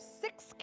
six